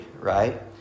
right